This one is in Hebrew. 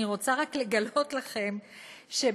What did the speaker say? אני רוצה רק לגלות לכם שבינתיים,